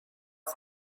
سند